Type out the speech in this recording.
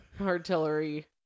artillery